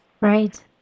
Right